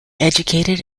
educated